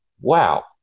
wow